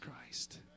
Christ